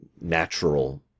natural